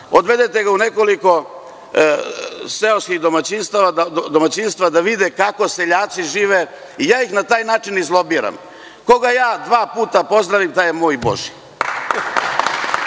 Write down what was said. odvedete ga u nekoliko seoskih domaćinstava da vide kako seljaci žive i ja ih na taj način izlobiram. Koga ja dva puta pozdravim, taj je moj.U